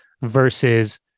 versus